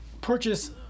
purchase